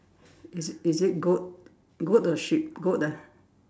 is it is it goat goat or sheep goat ah